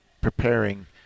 preparing